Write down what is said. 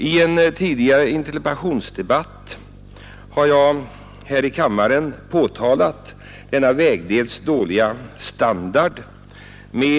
I en tidigare interpellationsdebatt har jag här i kammaren påtalat denna vägdels dåliga standard.